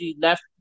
left